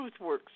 TruthWorks